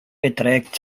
beträgt